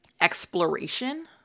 exploration